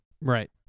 Right